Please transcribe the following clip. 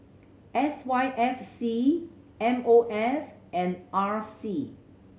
S Y F C M O F and R C